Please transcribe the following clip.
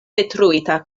detruita